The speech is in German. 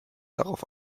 darauf